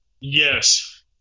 yes